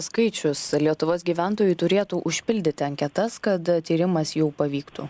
skaičius lietuvos gyventojų turėtų užpildyti anketas kad tyrimas jau pavyktų